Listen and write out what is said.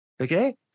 okay